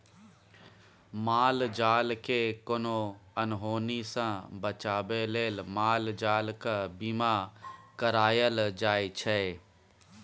माल जालकेँ कोनो अनहोनी सँ बचाबै लेल माल जालक बीमा कराएल जाइ छै